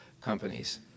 companies